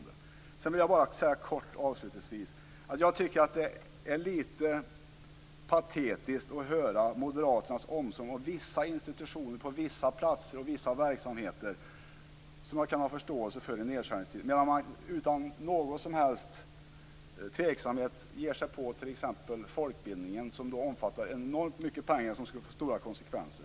Sedan vill jag bara kort avsluta med att det är lite patetiskt att höra moderaternas omsorg om vissa institutioner och vissa verksamheter på vissa platser som man kan ha förståelse för i nedskärningstider, medan man utan någon som helst tveksamhet ger sig på t.ex. folkbildningen, som omfattar enormt mycket pengar och där en neddragning skulle få stora konsekvenser.